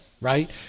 right